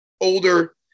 older